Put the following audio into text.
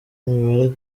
imibare